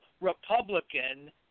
Republican